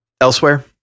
elsewhere